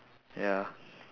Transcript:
ya